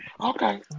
Okay